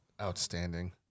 outstanding